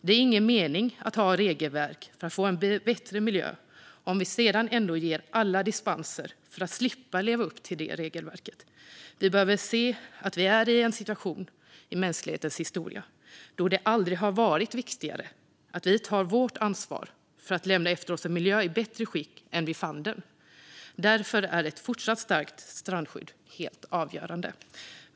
Det är ingen mening med att ha regelverk för att få en bättre miljö om vi sedan ändå ger alla dispenser för att slippa leva upp till regelverket. Vi behöver se att vi är i en situation i mänsklighetens historia där det aldrig har varit viktigare att vi tar vårt ansvar för att lämna efter oss en miljö som är i bättre skick än vi fann den i. Därför är ett fortsatt starkt strandskydd helt avgörande.